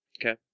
Okay